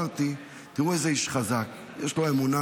ואמרתי: ראו איזה איש חזק, יש לו אמונה,